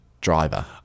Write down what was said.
driver